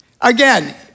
again